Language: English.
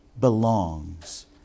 belongs